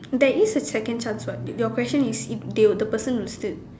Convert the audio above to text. there is a second chance what your question is if they the person got steal